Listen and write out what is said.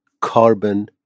carbon